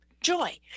Joy